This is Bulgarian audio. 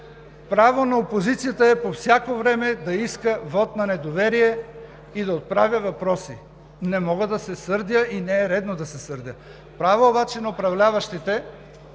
Право на опозицията е по всяко време да иска вот на недоверие и да отправя въпроси. Не мога да се сърдя и не е редно да се сърдя. Право обаче на управляващите